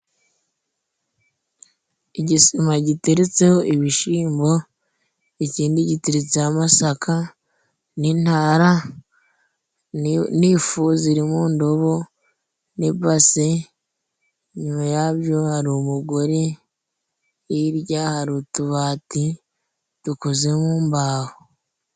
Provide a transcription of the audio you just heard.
Igisima giteretseho ibishyimbo, ikindi giteretseho amasaka, n'intara, n’ifu ziri mu ndobo n’ibase, inyuma yabyo hari umugore， hirya hari utubati dukoze mu mbaho.